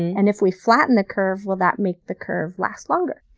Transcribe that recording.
and if we flatten the curve, will that make the curve last longer?